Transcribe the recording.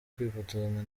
kwifotozanya